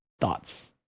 Thoughts